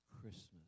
Christmas